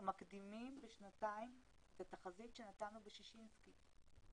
מקדימים בשנתיים את התחזית שנתנו בששינסקי.